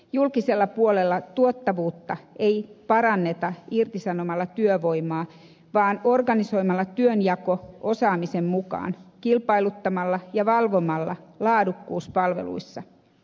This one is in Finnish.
julkisella puolella tuottavuutta ei paranneta irtisanomalla työvoimaa vaan organisoimalla työnjako osaamisen mukaan kilpailuttamalla ja val vomalla palveluiden laatua